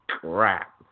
crap